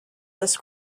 this